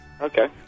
Okay